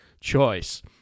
choice